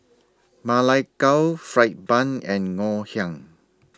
Ma Lai Gao Fried Bun and Ngoh Hiang